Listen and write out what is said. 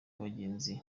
abagenzi